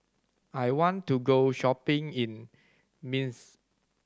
I want to go shopping in Minsk